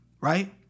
right